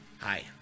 Hi